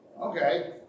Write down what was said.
okay